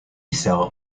cell